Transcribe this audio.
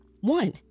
one